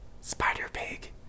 Spider-Pig